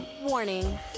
Warning